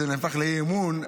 זה נהפך לאי-אמון,